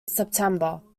september